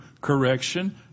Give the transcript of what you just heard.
correction